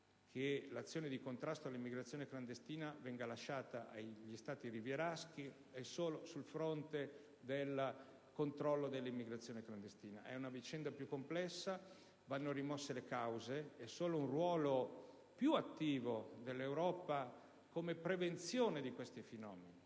che l'azione di contrasto all'immigrazione clandestina sia lasciata agli Stati rivieraschi e solo sul fronte del controllo dell'immigrazione clandestina. È una vicenda più complessa, ne vanno rimosse le cause, e solo un ruolo più attivo dell'Europa nella prevenzione di questi fenomeni,